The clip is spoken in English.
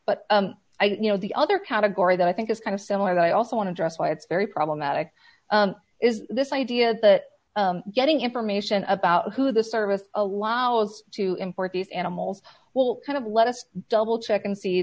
but you know the other category that i think is kind of similar though i also want to just why it's very problematic is this idea that getting information about who the service allows to import these animals will kind of let us double check